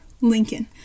Lincoln